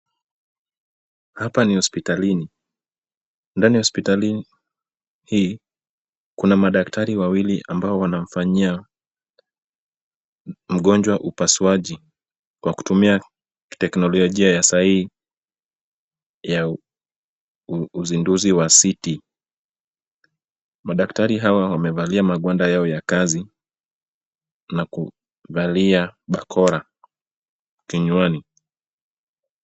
Hapa ni hospitalini. Ndani ya hospitalini hii kuna madaktari wawili ambao wanamfanyia mgonjwa upasuaji kwa kutumia teknolojia ya sai ya uzinduzi wa CT . Madaktari hawa wamevalia magwanda yao ya kazi na kuvalia barakoa kinywani.